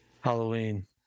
Halloween